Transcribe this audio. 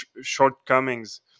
shortcomings